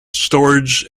storage